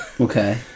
okay